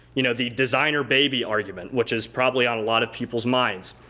you know, the designer baby argument which is probably on a lot of people's minds.